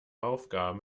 aufgaben